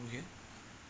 over here